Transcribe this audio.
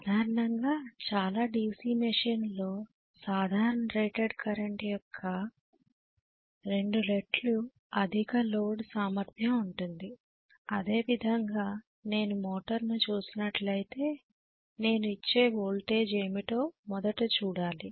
సాధారణంగా చాలా DC మెషీన్లలో సాధారణ రేటెడ్ కరెంట్ యొక్క 2 రెట్లు అధిక లోడ్ సామర్ధ్యం ఉంటుంది అదే విధంగా నేను మోటారును చూసినట్లయితే నేను ఇచ్చే వోల్టేజ్ ఏమిటో మొదట చూడాలి